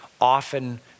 often